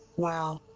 well,